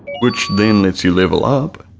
which then lets you level up,